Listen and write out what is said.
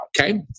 okay